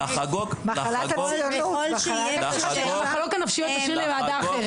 מחלה --- את המחלות הנפשיות תשאיר לוועדה אחרת.